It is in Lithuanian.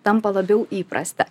tampa labiau įprasta